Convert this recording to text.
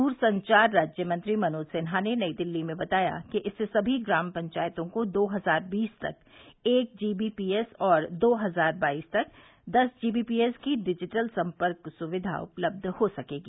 दूरसंचार राज्य मंत्री मनोज सिन्हा ने नई दिल्ली में बताया कि इससे सभी ग्राम पंचायतों को दो हजार बीस तक एक जीबीपीएस और दो हजार बाईस तक दस जीबीपीएस की डिजिटल संपर्क सुविधा उपलब्ध हो सकेगी